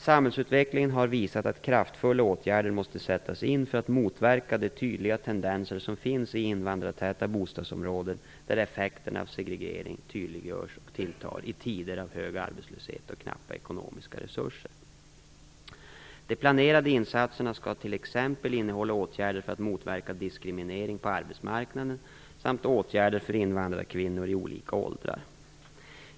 Samhällsutvecklingen har visat att kraftfulla åtgärder måste sättas in för att motverka de tydliga tendenser som finns i invandrartäta bostadsområden, där effekterna av segregeringen tydliggörs och tilltar i tider av hög arbetslöshet och knappa ekonomiska resurser. De planerade insatserna skall t.ex. innehålla åtgärder för att motverka diskriminering på arbetsmarknaden samt åtgärder för invandrarkvinnor i olika åldrar.